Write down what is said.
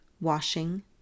washing